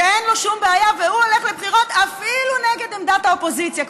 שאין לו שום בעיה והוא הולך לבחירות אפילו נגד עמדת האופוזיציה.